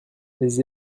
les